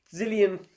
zillion